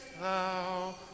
thou